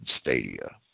stadia